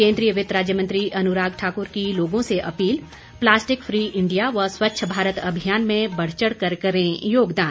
केन्द्रीय वित्त राज्य मंत्री अनुराग ठाकुर की लोगों से अपील प्लास्टिक फ्री इंडिया व स्वच्छ भारत अभियान में बढ़चढ़ कर करें योगदान